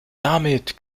damit